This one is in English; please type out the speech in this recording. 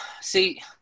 see